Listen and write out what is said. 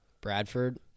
Bradford